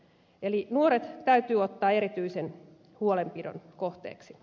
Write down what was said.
eli nuoret täytyy ottaa erityisen huolenpidon kohteeksi